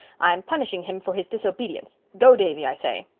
i'm punishing him for his disobedience. go, davy, i say.